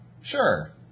Sure